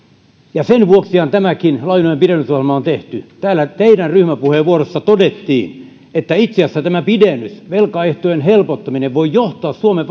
ja senhän vuoksi tämäkin lainojen pidennysohjelma on tehty täällä teidän ryhmäpuheenvuorossanne todettiin että itse asiassa tämä pidennys velkaehtojen helpottaminen voi johtaa suomen